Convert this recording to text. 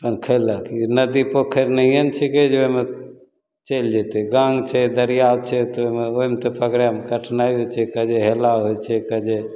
अपन खएलक नदी पोखरि नहिए ने छिकै जे ओहिमे चलि जेतै बान्ह छै दरिआओ छै तऽ ओहिमे ओहिमे तऽ पकड़ैमे तऽ कठिनाइ होइ छै किएक जे हेला होइ छै किएक जे